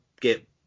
get